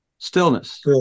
Stillness